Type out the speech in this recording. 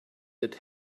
that